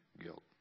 guilt